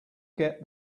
get